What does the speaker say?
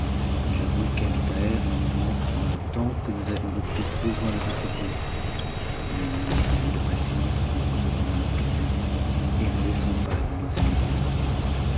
j'avoue qu'ebn thaher nous manque dans le temps que nous avions le plus besoin de son secours mais munissons nous de patience contre ce coup imprévu et ne laissons pas de nous aimer constamment